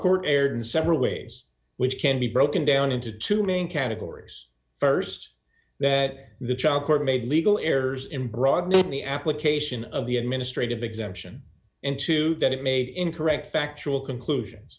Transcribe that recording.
court erred in several ways which can be broken down into two main categories st that the child court made legal errors in broadening the application of the administrative exemption and to that it made incorrect factual